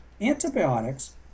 antibiotics